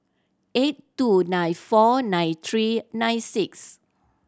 eight two nine four nine three nine six